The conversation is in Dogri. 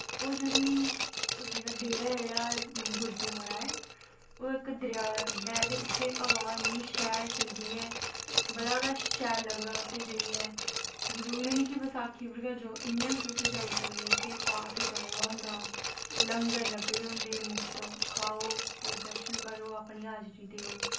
ओह् जेह्ड़ा डेरा जेह्ड़ा गुरदनारा ऐ ओह् इक दरिया दे कंढै ऐ ते उत्थें हवा इन्नी शैल चलदी ऐ बड़ी गै शैल लगदा उत्थें जाइयै जरूरी नी कि बसाखी पर गै जाओ तुस इयां बा जाई सकदे तुस उत्थें पाठ चला दा होंदा लंगर लग्गे दे होंदे मुप्त काहो दर्शन करो अपनी हाजरी देओ